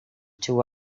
two